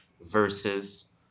versus